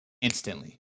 instantly